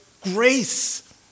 grace